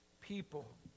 people